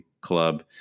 club